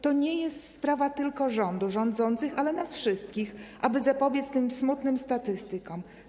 To nie jest sprawa tylko rządu, rządzących, ale nas wszystkich, aby zapobiec tym smutnym statystykom.